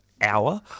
hour